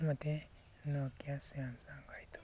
ಮತ್ತೆ Nokia Samsung ಆಯಿತು